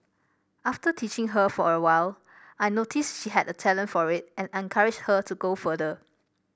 after teaching her for a while I noticed she had a talent for it and encouraged her to go further